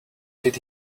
did